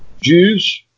Jews